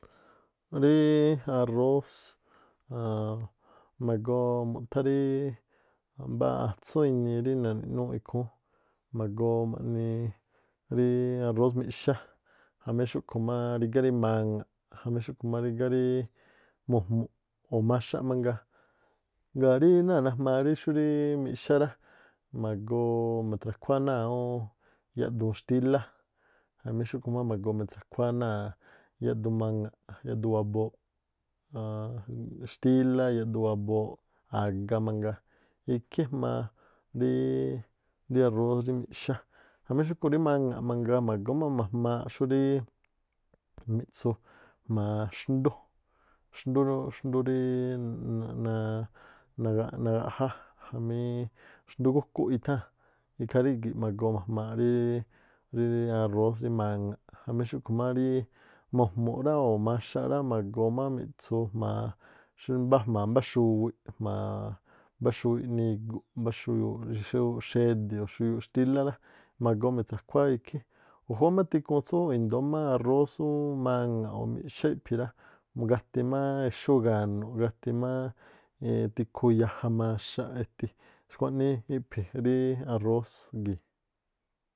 Ríí arós, ma̱goo mu̱thá rí mbá atsú inii rí naꞌninúúꞌ ikhúún. Ma̱goo ma̱ꞌni rí arós miꞌxá jamí xúꞌkhu̱ má rígá ri maŋa̱ꞌ jamí xúꞌkhu̱ má rígá mu̱jmu̱ꞌ o maxaꞌ mangaa. Ngaa̱ rí náa̱ najmaa rí xúríí miꞌxá rá, ma̱go̱o̱ ma̱thra̱khuáá ná̱a yaꞌdun xtilá jamí xúꞌkhu̱ má ma̱goo ma̱thra̱khuáá ná̱a yaꞌduun maŋa̱ꞌ, yaꞌduun wabooꞌ yaꞌduun xtílá, yaꞌduun a̱ga mangaa ikhí ejma̱a̱ ríí rí arós rí miꞌxá jamí xúꞌkhu̱ rí maŋa̱ꞌ mangaa. Ma̱goo má ma̱jmaaꞌ xuríí miꞌtsú jma̱a xndú rí nagaꞌjá jamí xndú gúkúꞌ itháa̱n, ikhaa rígi̱ꞌ ma̱goo ma̱jmaaꞌ ríí arós rí maŋa̱ꞌ jamí rí xúꞌkhu̱ má rí mo̱jmu̱ꞌ rá o̱ maxaꞌ rá ma̱goo mi̱ꞌtsu jma̱a xú mbá jma̱a mbá xuwiꞌ jma̱a mbá xuwiꞌ nigu̱ꞌ mbá xuyuuꞌ xe̱di̱ o̱ xuyuuꞌ xtílá rá, ma̱goo mi̱thra̱khuáá ikhí. O̱ júwá má tikhuu tsú i̱ndóó má arós ú maŋa̱ꞌ o̱ miꞌxá iꞌphi̱ rá, gati má exúú ga̱jnu̱ꞌ gati máá eenn- tikhu yaja maxaꞌ eti.